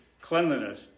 cleanliness